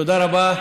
תודה רבה.